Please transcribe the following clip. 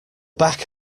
back